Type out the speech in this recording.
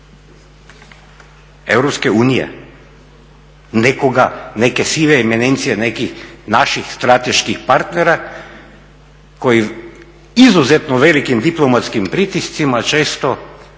Europske unije? Nekoga, neke sive eminencije, nekih naših strateških partnera koji izuzetno velikim diplomatskim pritiscima Hrvatskoj